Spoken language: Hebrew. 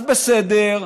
אז בסדר,